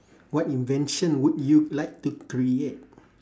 what invention would you like to create